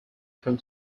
from